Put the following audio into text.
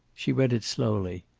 she read it slowly,